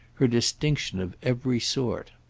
her distinction of every sort.